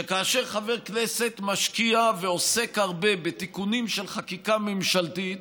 שכאשר חבר כנסת משקיע ועוסק הרבה בתיקונים של חקיקה ממשלתית,